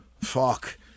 fuck